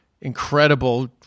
incredible